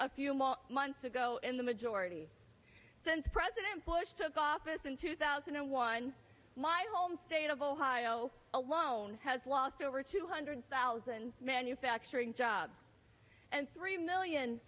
a few more months ago in the majority since president bush took office in two thousand and one my home state of ohio alone has lost over two hundred thousand manufacturing jobs and three million